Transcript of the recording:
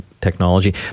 technology